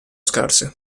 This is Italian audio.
scarse